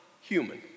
human